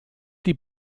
die